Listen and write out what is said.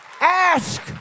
ask